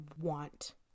want